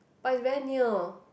but is very near